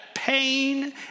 Pain